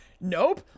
nope